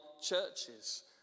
churches